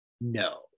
No